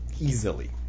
Easily